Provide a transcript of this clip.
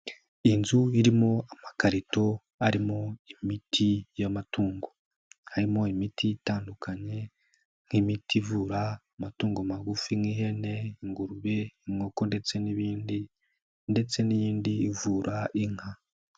Inzu irimo amakarito arimo imiti y'amatungo, harimo imiti itandukanye nk'imiti ivura amatungo magufi nk'ihene, ingurube, inkoko ndetse n'ibindi ndetse n'iyindi ivura inka.